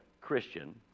Christian